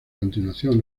continuación